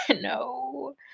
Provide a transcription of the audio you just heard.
No